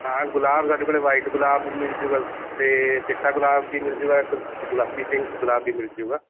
ਹਾਂ ਗੁਲਾਬ ਸਾਡੇ ਕੋਲ ਵਾਈਟ ਗੁਲਾਬ ਮਿਲਜੂਗਾ ਅਤੇ ਚਿੱਟਾ ਗੁਲਾਬ ਵੀ ਮਿਲਜੂਗਾ ਗੁ ਗੁਲਾਬੀ ਪਿੰਕ ਗੁਲਾਬ ਵੀ ਮਿਲਜੂਗਾ